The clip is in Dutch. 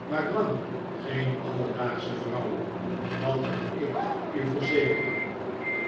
maar lang geen alledaagsche vrouwen dat kan ik u verzekeren